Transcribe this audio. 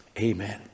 amen